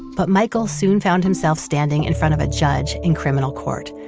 but michael soon found himself standing in front of a judge in criminal court,